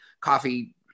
coffee